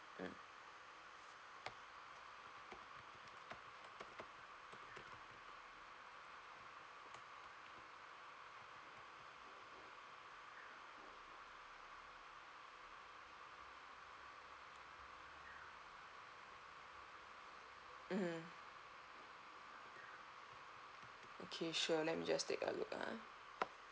mm mmhmm okay sure let me just take a look ah